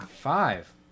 Five